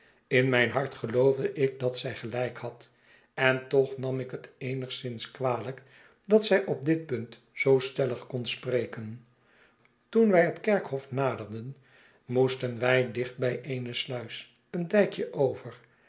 in mijn hart geioofde ik dat zij gelijk had en toch nam ik het eenigszins kwalijk dat zij op dit punt zoo stellig kon spreken toen wij het kerkhof naderden moestenwij dicht by eene sluis een dijkje over